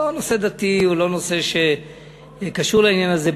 הוא לא נושא דתי, הוא לא נושא שקשור לעניין הזה.